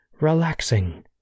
relaxing